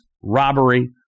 robbery